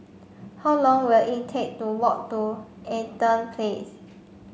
how long will it take to walk to Eaton Place